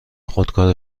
خودکار